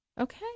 Okay